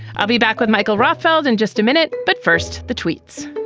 i'll be back with michael rothfeld in just a minute. but first, the tweets